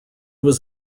was